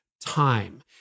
time